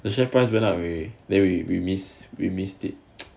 the share price went up way already then we miss we missed it